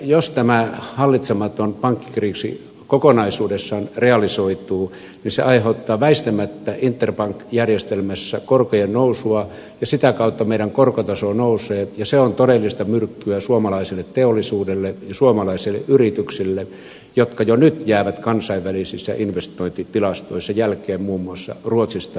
jos tämä hallitsematon pankkikriisi kokonaisuudessaan realisoituu niin se aiheuttaa väistämättä interbank järjestelmässä korkojen nousua ja sitä kautta meidän korkotasomme nousee ja se on todellista myrkkyä suomalaiselle teollisuudelle ja suomalaisille yrityksille jotka jo nyt jäävät kansainvälisissä investointitilastoissa jälkeen muun muassa ruotsista ja saksasta